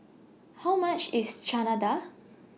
How much IS Chana Dal